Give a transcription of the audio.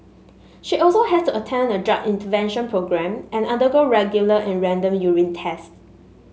she also has to attend a drug intervention programme and undergo regular and random urine tests